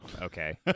Okay